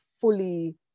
fully